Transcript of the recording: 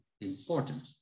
important